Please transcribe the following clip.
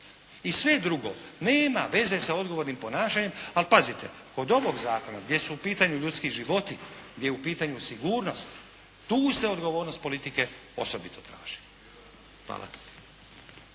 I sve drugo nema veze sa odgovornim ponašanjem. Ali pazite, kod ovoga zakona gdje su u pitanju ljudski životi, gdje je u pitanju sigurnost, tu se odgovornost politike osobito traži. Hvala.